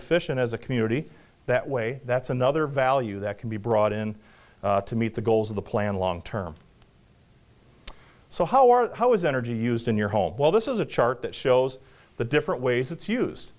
efficient as a community that way that's another value that can be brought in to meet the goals of the plan long term so how are how is energy used in your home well this is a chart that shows the different ways it's used